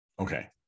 Okay